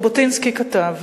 ז'בוטינסקי כתב: